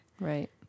Right